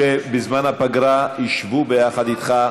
שבזמן הפגרה ישבו ביחד אתך,